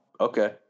Okay